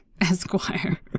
Esquire